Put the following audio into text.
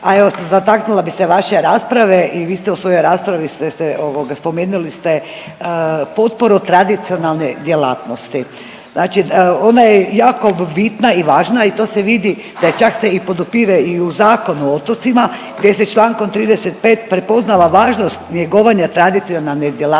A evo dotaknula bi vaše rasprave i vi ste u svojoj raspravi ste se ovoga spomenuli su potporu tradicionalne djelatnosti. Znači ona je jako bitna i važna da čak se i podupire i u Zakonu o otocima gdje se u Člankom 35. prepoznala važnost njegovanja tradicionalne djelatnosti